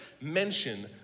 mention